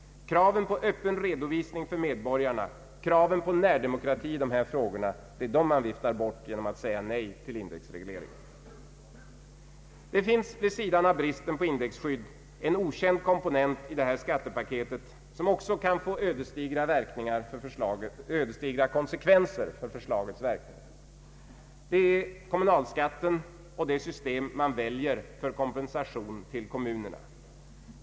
Kraven på öppen redovisning för medborgarna, kraven på närdemokrati i dessa frågor — den viftar man bort genom att säga nej till indexreglering. Det finns, vid sidan av bristen på indexskydd, en okänd komponent i det här skattepaketet, som också kan få ödesdigra konsekvenser för förslagets verkningar. Det är kommunalskatten och det system man väljer för kompensation till kommunerna.